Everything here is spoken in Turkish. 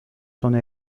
sona